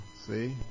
See